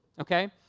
okay